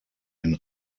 den